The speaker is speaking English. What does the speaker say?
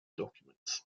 documents